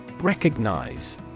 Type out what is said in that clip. Recognize